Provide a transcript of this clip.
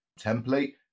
template